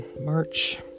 March